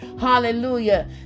hallelujah